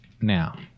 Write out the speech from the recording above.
Now